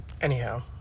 Anyhow